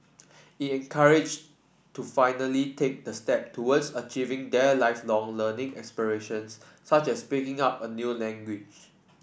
it encouraged to finally take the step towards achieving their Lifelong Learning aspirations such as picking up a new language